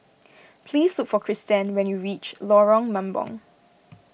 please look for Cristen when you reach Lorong Mambong